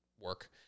work